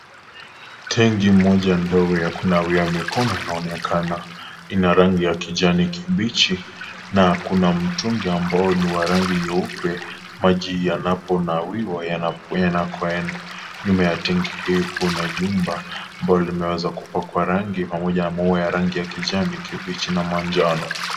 Tenki moja ndogo ya kunawia mikono inaonekana. Ina rangi ya kijani kibichi na kuna mtungi ambao ni wa rangi nyeupe maji yanaponawiwa yanakoenda. Nyuma ya tenki hii kuna jumba ambalo limeweza kupakwa rangi pamoja na maua ya rangi ya kijani kibichi na manjano.